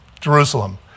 Jerusalem